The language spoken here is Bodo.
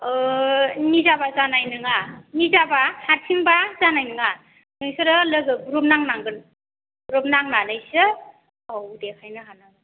ओह निजाबा जानाय नङा निजाबा हारसिंबा जानाय नङा नोंसोरो लोगो ग्रुप नांनांगोन ग्रुप नांनानैसो औ देखायनो हागोन